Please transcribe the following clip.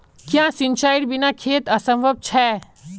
क्याँ सिंचाईर बिना खेत असंभव छै?